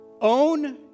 Own